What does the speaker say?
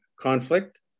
conflict